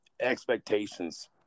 expectations